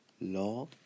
law